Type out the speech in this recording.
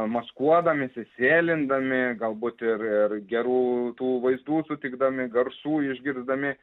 maskuodamiesi sėlindami galbūt ir ir gerų tų vaizdų sutikdami garsų išgirsdami